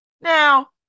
Now